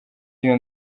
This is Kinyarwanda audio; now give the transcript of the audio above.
iyo